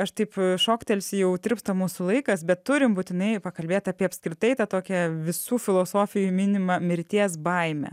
aš taip šoktelsiu jau tirpsta mūsų laikas bet turim būtinai pakalbėt apie apskritai tą tokią visų filosofijų minimą mirties baimę